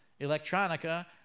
electronica